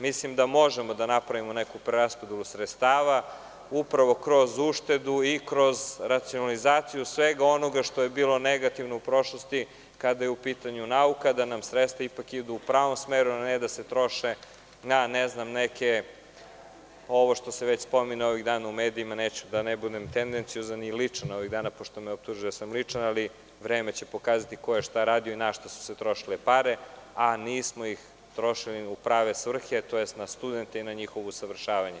Mislim da možemo da napravimo neku preraspodelu sredstava upravo kroz uštedu i kroz racionalizaciju svega onoga što je bilo negativno u prošlosti kada je upitanju nauka, da nam sredstva ipak idu u pravom smeru, a ne da se troše na neke, ovo što se ovih dana spominje u medijima, da ne budem tendenciozan i ličan ovih dana, pošto me optužuju da sam ličan, ali vreme će pokazati ko je šta radio i na šta su se trošile pare, a nismo ih trošili u prave svrhe, tj. na student i na njihovo usavršavanje.